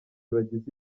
bagize